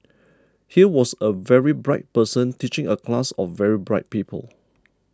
here was a very bright person teaching a class of very bright people